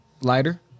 Lighter